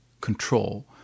control